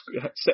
set